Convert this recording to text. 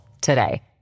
today